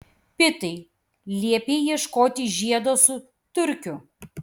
pitai liepei ieškoti žiedo su turkiu